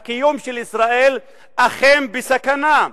הקיום של ישראל אכן בסכנה.